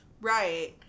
Right